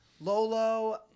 Lolo